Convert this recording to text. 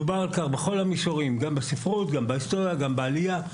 דובר על כך בכל המישורים: בספרות; בהיסטוריה; בעלייה;